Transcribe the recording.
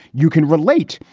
you can relate.